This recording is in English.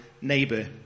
neighbor